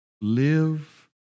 live